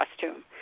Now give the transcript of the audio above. costume